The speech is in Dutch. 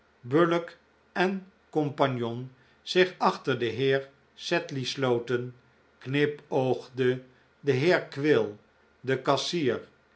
bullock co zich achter den heer sedley sloten knipoogde de heer quill de kassier